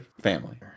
Family